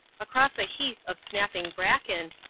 across a heath of snapping bracken,